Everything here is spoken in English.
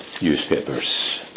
newspapers